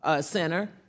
Center